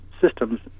systems